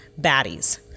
baddies